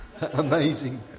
amazing